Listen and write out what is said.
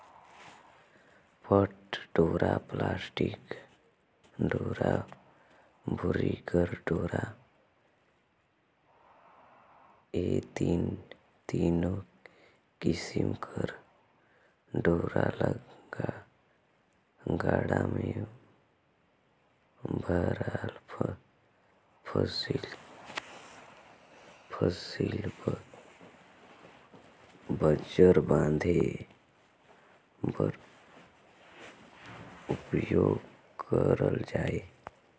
पट डोरा, पलास्टिक डोरा, बोरी कर डोरा ए तीनो किसिम कर डोरा ल गाड़ा मे भराल फसिल ल बंजर बांधे बर उपियोग करल जाथे